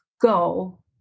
go